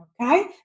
okay